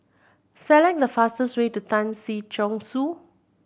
select the fastest way to Tan Si Chong Su